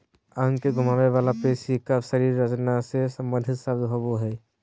अंग के घुमावे वला पेशी कफ शरीर रचना से सम्बंधित शब्द होबो हइ